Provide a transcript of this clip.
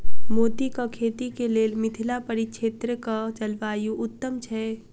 मोतीक खेती केँ लेल मिथिला परिक्षेत्रक जलवायु उत्तम छै?